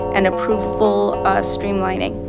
and approval streamlining.